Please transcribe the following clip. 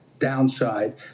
downside